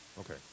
Okay